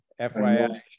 FYI